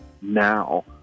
now